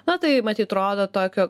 na tai matyt rodo tokio